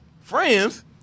friends